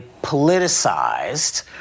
Politicized